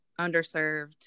underserved